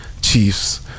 Chiefs